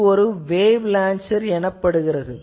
இது ஒரு wave launcher எனப்படுகிறது